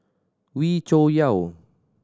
Wee Cho Yaw